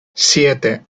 siete